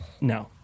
No